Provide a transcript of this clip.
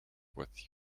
with